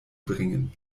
bringen